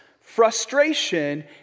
frustration